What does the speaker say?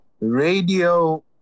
radio